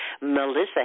Melissa